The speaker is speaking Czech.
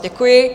Děkuji.